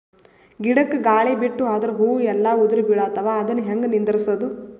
ಗಿಡಕ, ಗಾಳಿ ಬಿಟ್ಟು ಅದರ ಹೂವ ಎಲ್ಲಾ ಉದುರಿಬೀಳತಾವ, ಅದನ್ ಹೆಂಗ ನಿಂದರಸದು?